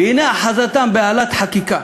והנה אחזתם בהלת חקיקה,